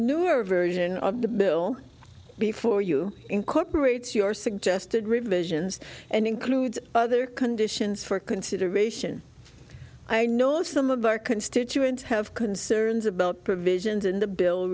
newer version of the bill before you incorporates your suggested revisions and includes other conditions for consideration i know some of our constituents have concerns about provisions in the bill